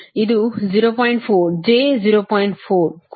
4 ಕೂಡ minus j 2